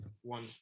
one